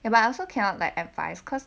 ya but I also cannot like advice cause